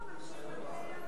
בואו נמשיך לברבר.